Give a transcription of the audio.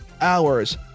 hours